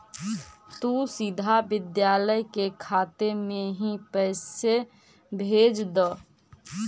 तु सीधा विद्यालय के खाते में ही पैसे भेज द